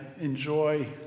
enjoy